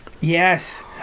Yes